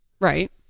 Right